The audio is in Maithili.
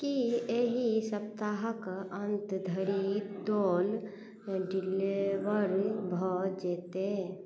कि एहि सप्ताहके अन्त धरि दोल डिलिवर भऽ जएतै